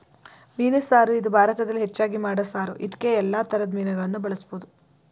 ಮೀನು ಸಾರು ಇದು ಭಾರತದಲ್ಲಿ ಹೆಚ್ಚಾಗಿ ಮಾಡೋ ಸಾರು ಇದ್ಕೇ ಯಲ್ಲಾ ತರದ್ ಮೀನುಗಳನ್ನ ಬಳುಸ್ಬೋದು